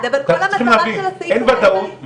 אז בוא אנחנו נסגור את כל מוסדות התכנון.